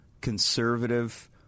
conservative –